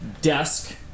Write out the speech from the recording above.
desk